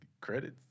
credits